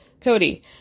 Cody